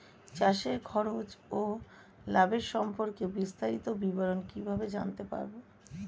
চাষে খরচ ও লাভের সম্পর্কে বিস্তারিত বিবরণ কিভাবে জানতে পারব?